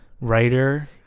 writer